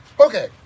Okay